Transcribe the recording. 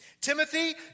Timothy